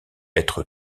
être